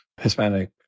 Hispanic